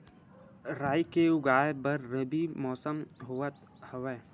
राई के उगाए बर रबी मौसम होवत हवय?